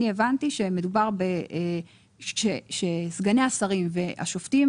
אני הבנתי שסגני השרים והשופטים,